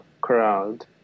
crowd